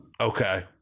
Okay